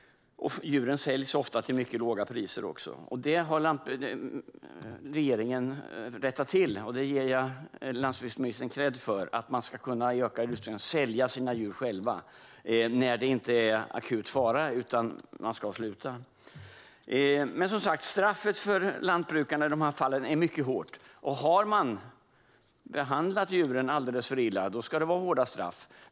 Djuren säljs dessutom ofta till mycket låga priser. Detta har nu regeringen rättat till, och det ger jag lantbruksministern kredd för. Lantbrukaren ska i större utsträckning själv kunna sälja sina djur när det inte är akut fara utan när man ska sluta. Straffet för lantbrukarna är i de här fallen som sagt mycket hårt. Om man har behandlat djuren alldeles för illa ska det vara hårda straff.